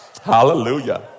Hallelujah